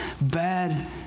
bad